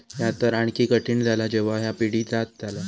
ह्या तर आणखी कठीण झाला जेव्हा ह्या पिढीजात झाला